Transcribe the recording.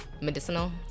Medicinal